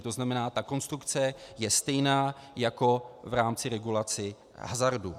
To znamená, ta konstrukce je stejná jako v rámci regulace hazardu.